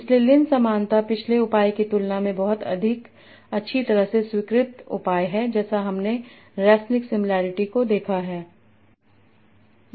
इसलिए लिन समानता पिछले उपाय की तुलना में बहुत अधिक अच्छी तरह से स्वीकृत उपाय है जैसा हमने रेसनिक सिमिलॅरिटी को देखा है